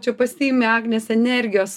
čia pasiimi agnės energijos